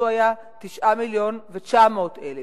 הביצוע היה 9.9 מיליון שקל.